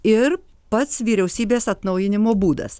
ir pats vyriausybės atnaujinimo būdas